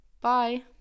bye